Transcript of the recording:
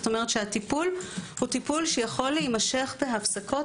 כלומר הטיפול יכול להימשך בהפסקות,